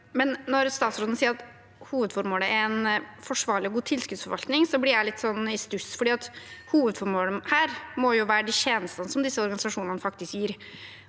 når statsråden sier at hovedformålet er en forsvarlig og god tilskuddsforvaltning, blir jeg litt i stuss, for hovedformålet her må jo være de tjenestene som disse organisasjonene gir.